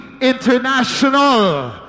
International